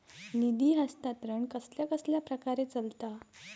निधी हस्तांतरण कसल्या कसल्या प्रकारे चलता?